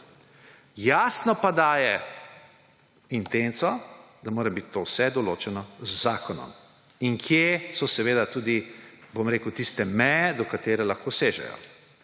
Jasno pa daje intenco, da mora biti to vse določeno z zakonom in kje so tudi tiste meje, do katerih lahko sežejo.